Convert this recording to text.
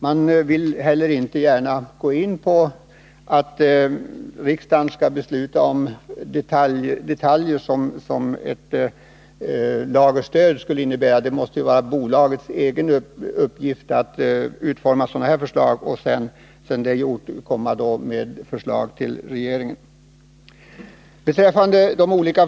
Det är heller inte lämpligt att riksdagen skall fatta beslut om detaljer som ett lagerstöd — det måste vara bolagets egen uppgift att utforma sådana regler och när det är gjort inkomma med förslag till regeringen om man så anser nödvändigt.